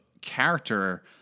character